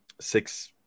six